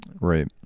Right